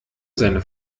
seine